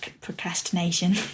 procrastination